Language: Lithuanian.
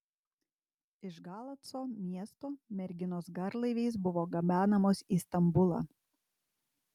iš galaco miesto merginos garlaiviais buvo gabenamos į stambulą